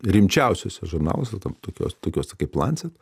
rimčiausiuose žurnaluose to tokiuos tokiuose kaip lancet